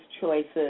choices